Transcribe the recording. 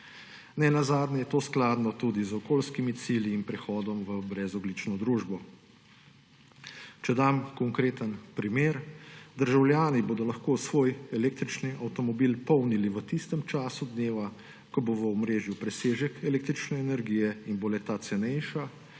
Nenazadnje je to skladno tudi z okoljskimi cilji in prehodom v brezogljično družbo. Če dam konkreten primer, državljani bodo lahko svoj električni avtomobil polnili v tistem času dneva, ko bo v omrežju presežek električne energije in bo le-ta cenejša